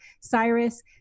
Cyrus